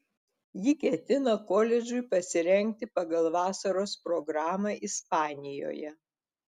ji ketina koledžui pasirengti pagal vasaros programą ispanijoje